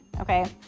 Okay